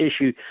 issue